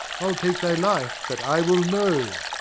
i'll take thy life but i will know.